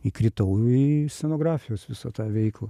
įkritau į scenografijos visą tą veiklą